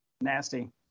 Nasty